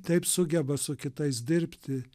taip sugeba su kitais dirbti